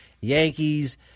Yankees